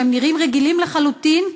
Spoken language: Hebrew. שנראים רגילים לחלוטין,